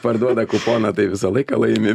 parduoda kuponą tai visą laiką laimi